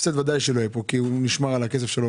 הפסד בוודאי לא יהיה פה כי הכסף נשמר.